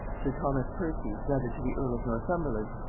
sir thomas percy, brother to the earl of northumberland,